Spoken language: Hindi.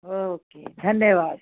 ओके धन्यवाद